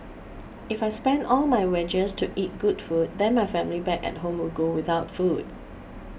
if I spend all my wages to eat good food then my family back at home will go without food